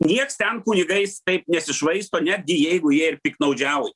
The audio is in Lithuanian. nieks ten kunigais taip nesišvaisto netgi jeigu jie ir piktnaudžiauja